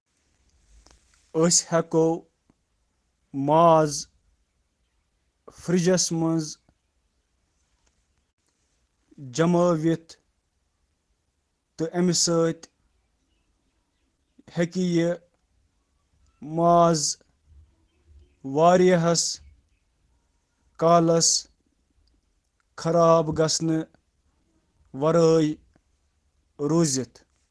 واریاہس کالس ماز ذخیرٕ کرنہٕ خٲطرٕ ہیٚکِو تُہۍ یہِ منجمد کٔرِتھ یا خلا کٔرِتھ